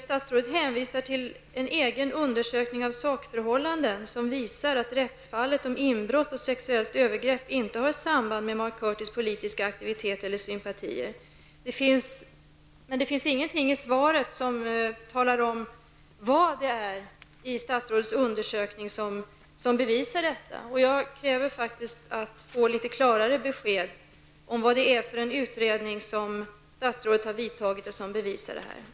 Statsrådet hänvisar till en egen undersökning av sakförhållandena, som visar att rättsfallet om inbrott och sexuellt övergrepp inte har samband med Mark Curtis politiska aktivitet eller sympatier. Men det finns ingenting i svaret som talar om vad det är i statsrådets undersökning som bevisar detta. Jag kräver faktiskt att få litet klarare besked om vad det är för en utredning som statsrådet har gjort och som bevisar detta.